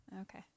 okay